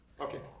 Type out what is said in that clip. Okay